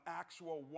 actual